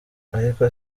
ariko